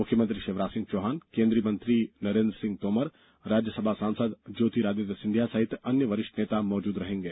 मुख्यमंत्री षिवराज सिंह चौहान केन्द्रीय मंत्री नरेन्द्र सिंह तोमर राज्यसभा सांसद ज्योतिरादित्य सिंधिया सहित अन्य वरिष्ठ नेता मौजूद रहेंगे